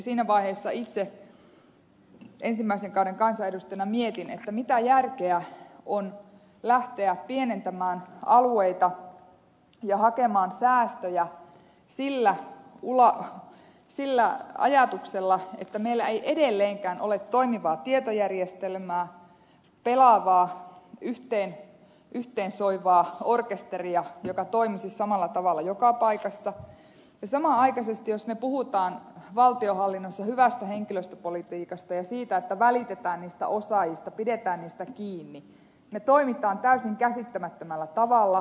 siinä vaiheessa itse ensimmäisen kauden kansanedustajana mietin mitä järkeä on lähteä pienentämään alueita ja hakemaan säästöjä sillä ajatuksella että meillä ei edelleenkään ole toimivaa tietojärjestelmää pelaavaa yhteen soivaa orkesteria joka toimisi samalla tavalla joka paikassa ja samanaikaisesti jos me puhumme valtionhallinnossa hyvästä henkilöstöpolitiikasta ja siitä että välitetään niistä osaajista pidetään niistä kiinni me toimimme täysin käsittämättömällä tavalla